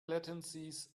latencies